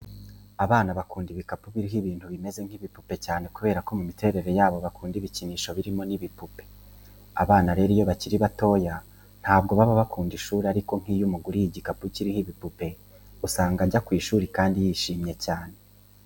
Abana bakunda ibikapu biriho ibintu bimeze nk'ibipupe cyane kubera ko mu miterere yabo bakunda ibikinisho birimo n'ibipupe. Abana rero iyo bakiri batoya ntabwo baba bakunda ishuri ariko nk'iyo umuguriye igikapu kiriho igipupe usanga ajya ku ishuri kandi yishimye cyane.